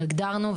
אנחנו הגדרנו,